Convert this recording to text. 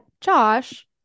Josh